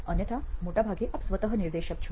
અન્યથા મોટા ભાગે આપ સ્વતઃ નિર્દેશક છો